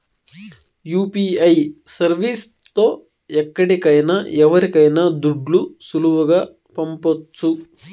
UPI service తో ఎక్కడికైనా ఎవరికైనా దుడ్లు సులువుగా పంపొచ్చు